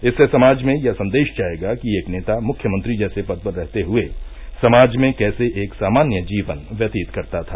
इससे समाज में यह संदेश जायेगा कि एक नेता मुख्यमंत्री जैसे पद पर रहते हुए समाज में कैसे एक सामान्य जीवन व्यतीत करता था